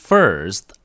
First